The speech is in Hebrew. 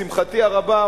לשמחתי הרבה,